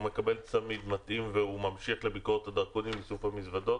הוא מקבל צמיד מתאים והוא ממשיך לביקורת הדרכונים ואיסוף המזוודות.